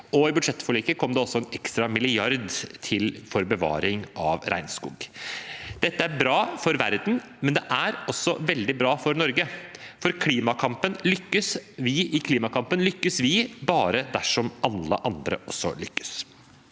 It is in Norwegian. I budsjettforliket kom det også en ekstra milliard til bevaring av regnskog. Dette er bra for verden, men det er også veldig bra for Norge, for i klimakampen lykkes vi bare dersom alle andre også lykkes.